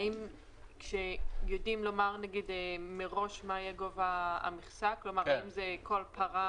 האם כשיודעים לומר מראש מה יהיה גובה המכסה כלומר זה כל פרה